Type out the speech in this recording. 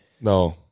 No